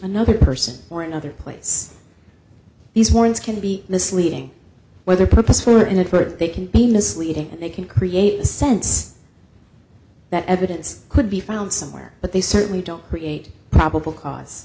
another person or another place these warrants can be misleading whether purpose for inadvertent they can be misleading and they can create a sense that evidence could be found somewhere but they certainly don't create probable cause